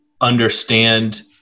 understand –